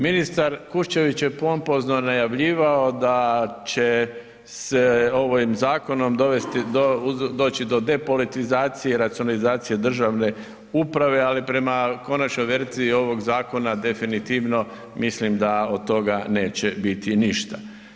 Ministar Kušćević je pompozno najavljivao da će se ovim zakonom uvesti, doći do depolitizacije i racionalizacije državne uprave, ali prema konačnoj verziji ovog zakona definitivno mislim da od toga neće biti ništa.